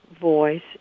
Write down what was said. voice